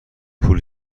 پول